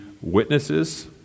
witnesses